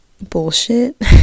bullshit